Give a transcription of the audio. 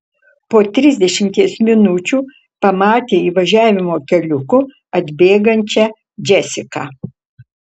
po trisdešimties minučių pamatė įvažiavimo keliuku atbėgančią džesiką